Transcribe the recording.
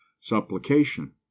supplication